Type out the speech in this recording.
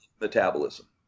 metabolism